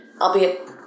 albeit